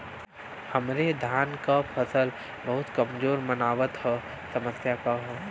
हमरे धान क फसल बहुत कमजोर मनावत ह समस्या का ह?